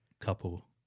couple